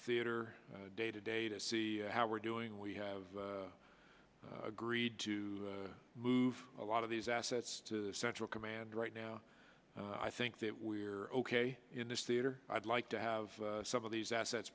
theatre day to day to see how we're doing we have agreed to move a lot of these assets to central command right now i think that we're ok in this theater i'd like to have some of these assets